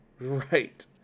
Right